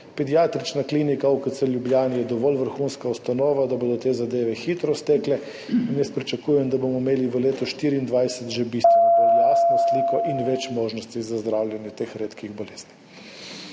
Pediatrična klinika UKC Ljubljana je dovolj vrhunska ustanova, da bodo te zadeve hitro stekle. Pričakujem, da bomo imeli v letu 2024 že bistveno bolj jasno sliko in več možnosti za zdravljenje teh redkih bolezni.